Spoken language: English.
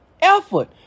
effort